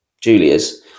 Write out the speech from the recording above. Julia's